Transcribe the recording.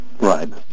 Right